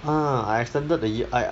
ah I extended the ye~ I